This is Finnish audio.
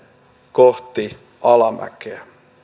kohti alamäkeä